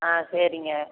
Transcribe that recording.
ஆ சரிங்க